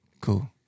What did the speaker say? Cool